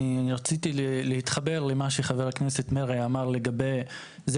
אני רציתי להתחבר למה שחבר הכנסת מרעי אמר לגבי זה